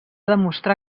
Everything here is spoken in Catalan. demostrar